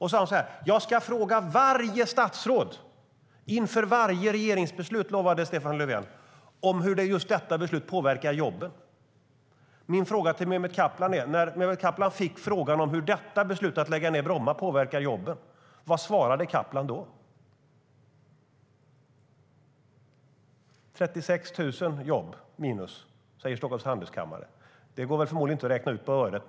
Han sa: Jag ska fråga varje statsråd inför varje regeringsbeslut hur just detta beslut påverkar jobben. När Mehmet Kaplan fick frågan hur detta beslut om att lägga ned Bromma påverkar jobben, vad svarade han då? Stockholms Handelskammare säger att det blir minus 36 000 jobb. Det går förmodligen inte att räkna ut exakt.